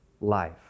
life